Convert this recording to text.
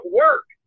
work